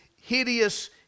hideous